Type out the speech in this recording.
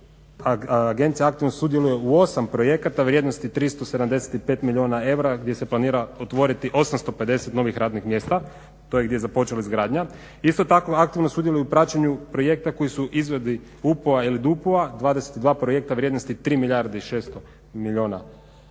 Agencija aktualno sudjeluje u 8 projekata vrijednosti 375 milijuna eura gdje se planira otvoriti 850 novih radnih mjesta. To je gdje je započela izgradnja. Isto tako aktivno sudjeluju u praćenju projekta koji su u izvedbi UP-ova ili DUP-ova 22 projekta vrijednosti 3 milijarde u 600 milijuna eura